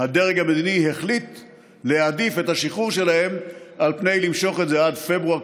הדרג המדיני החליט להעדיף את השחרור שלהם על פני למשוך את זה עד פברואר,